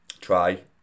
try